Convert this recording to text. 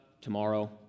tomorrow